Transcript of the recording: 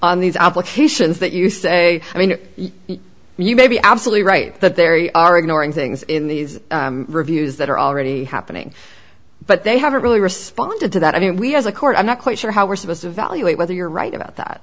on these applications that you say i mean you may be absolutely right that there are ignoring things in these reviews that are already happening but they haven't really responded to that i mean we as a court i'm not quite sure how we're supposed to evaluate whether you're right about that